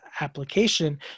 application